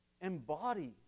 embody